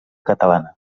catalana